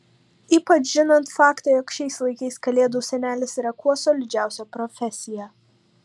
ypač žinant faktą jog šiais laikais kalėdų senelis yra kuo solidžiausia profesija